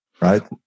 right